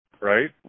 Right